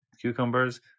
cucumbers